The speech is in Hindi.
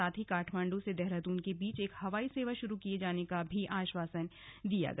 साथ ही काठमांडू से देहरादून के बीच एक हवाई सेवा शुरू किये जाने का भी आश्वासन दिया गया